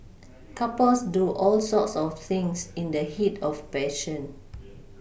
couples do all sorts of things in the heat of passion